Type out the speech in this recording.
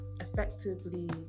effectively